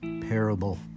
Parable